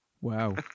Wow